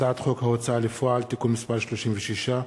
הצעת חוק ההוצאה לפועל (תיקון מס' 36),